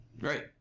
Right